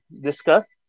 discuss